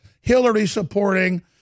Hillary-supporting